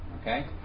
Okay